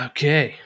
Okay